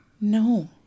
No